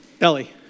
Ellie